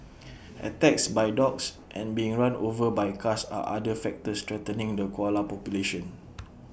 attacks by dogs and being run over by cars are other factors threatening the koala population